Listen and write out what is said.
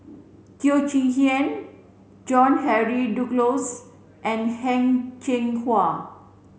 Teo Chee Hean John Henry Duclos and Heng Cheng Hwa